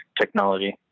technology